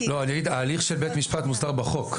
ההליך של בית משפט מוסדר בחוק.